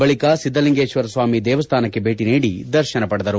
ಬಳಿಕ ಸಿದ್ದಲಿಂಗೇಶ್ವರ ಸ್ವಾಮಿ ದೇವಸ್ಥಾನಕ್ಕೆ ಭೇಟಿ ನೀಡಿ ದರ್ಶನ ಪಡೆದರು